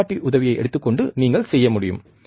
அலைக்காட்டி உதவியை எடுத்துகொண்டு நீங்கள் செய்ய முடியும்